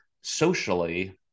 socially